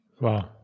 Wow